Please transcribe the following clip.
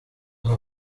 aho